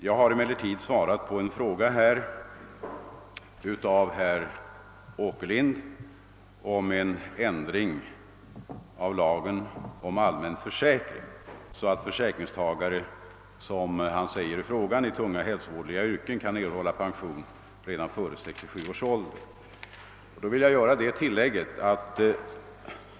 Jag har emellertid svarat på en fråga av herr Åkerlind om en ändring av lagen om allmän försäkring så att försäkringstagare i tunga och hälsovådliga yrken kan erhålla full pension redar före 67 års ålder.